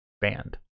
band